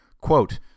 Quote